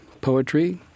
poetry